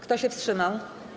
Kto się wstrzymał?